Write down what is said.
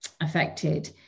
affected